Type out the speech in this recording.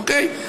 אוקיי?